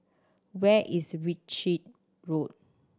where is Ritchie Road